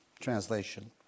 translation